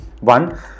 One